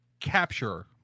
capture